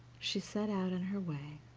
she set out on her way,